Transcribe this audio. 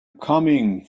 coming